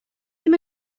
ddim